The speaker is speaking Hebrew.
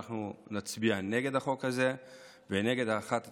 אנחנו נצביע נגד החוק הזה ונגד הארכת התקנות.